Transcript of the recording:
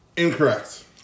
Incorrect